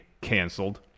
canceled